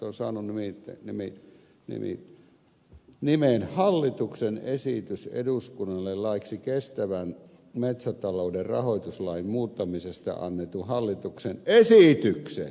se on saanut nimen hallituksen esitys eduskunnalle laiksi kestävän metsätalouden rahoituslain muuttamisesta annetun hallituksen esityksen täydentämisestä